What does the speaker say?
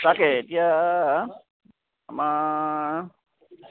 তাকে এতিয়া আমাৰ